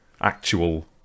actual